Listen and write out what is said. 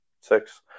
six